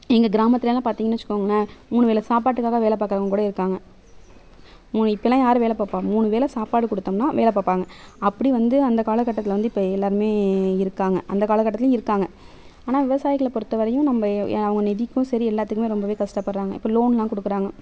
எங்கள் கிராமத்திலலாம் பார்த்தீங்கன்னு வச்சுக்கோங்களேன் மூணு வேளை சாப்பாட்டுக்காக வேலை பாக்கிறவங்க கூட இருக்காங்க இப்போலா யார் வேலை பார்ப்பா மூணு வேளை சாப்பாடு கொடுத்தம்னா வேலை பார்ப்பாங்க அப்படி வந்து அந்த காலகட்டத்தில் வந்து இப்போ எல்லோருமே இருக்காங்க அந்த காலகட்டத்துலேயும் இருக்காங்க ஆனால் விவசாயிகளை பொருத்தவரையும் நம்ம அவங்க நிதிக்கும் சரி எல்லாத்துக்கும் ரொம்ப கஷ்டப்படுகிறாங்க இப்போ லோன்லாம் கொடுக்குறாங்க